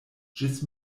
ĝis